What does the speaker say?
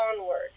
Onward